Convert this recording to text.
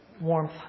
warmth